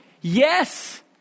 Yes